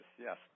yes